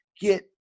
get